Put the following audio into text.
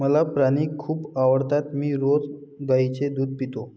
मला प्राणी खूप आवडतात मी रोज गाईचे दूध पितो